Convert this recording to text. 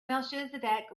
melchizedek